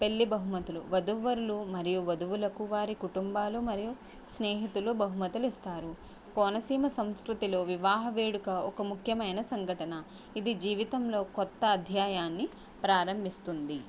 పెళ్లి బహుమతులు వధూవరులు మరియు వధువులకు వారి కుటుంబాలు మరియు స్నేహితులు బహుమతులు ఇస్తారు కోనసీమ సంస్కృతిలో వివాహ వేడుక ఒక ముఖ్యమైన సంఘటన ఇది జీవితంలో కొత్త అధ్యాయాన్ని ప్రారంభిస్తుంది